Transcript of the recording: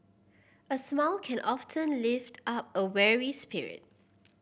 a smile can often lift up a weary spirit